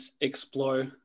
explore